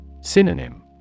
Synonym